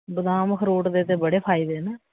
बदाम अखरोट दे ते बड़े फायदे न